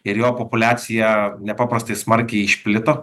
ir jo populiacija nepaprastai smarkiai išplito